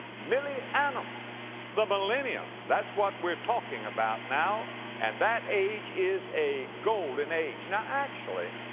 mille-annum, the millennium, that's what we're talking about now, and that age is a golden age. now actually,